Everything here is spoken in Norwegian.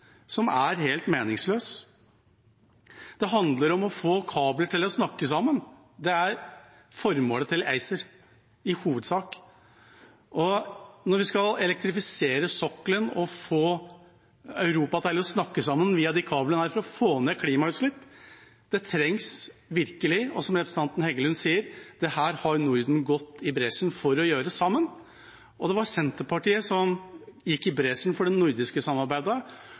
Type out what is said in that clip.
som er helt meningsløs. Det handler om å få kabler til å snakke sammen. Det er formålet til ACER, i hovedsak. Når vi skal elektrifisere sokkelen og få Europa til å snakke sammen via disse kablene, er det for å få ned klimagassutslipp. Det trengs virkelig. Og som representanten Heggelund sier: Dette har Norden gått i bresjen for å gjøre sammen. Det var Senterpartiet som gikk i bresjen for det nordiske samarbeidet,